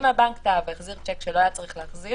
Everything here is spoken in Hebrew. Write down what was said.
אם הבנק טעה והחזיר שיק שלא היה צריך להחזיר